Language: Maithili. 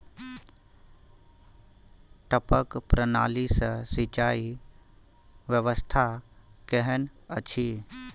टपक प्रणाली से सिंचाई व्यवस्था केहन अछि?